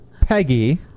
Peggy